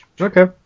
okay